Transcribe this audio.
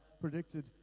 predicted